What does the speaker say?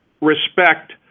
respect